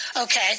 okay